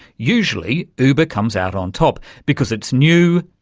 usually uber comes out on top because it's new,